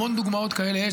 יש המון דוגמאות כאלה.